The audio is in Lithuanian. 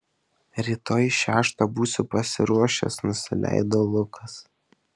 rytoj šeštą būsiu pasiruošęs nusileido lukas